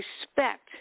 respect